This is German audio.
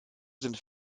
sind